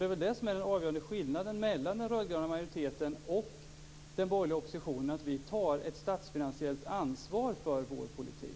Det är väl det som är den avgörande skillnaden mellan den rödgröna majoriteten och den borgerliga oppositionen, att vi tar ett statsfinansiellt ansvar för vår politik.